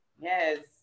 Yes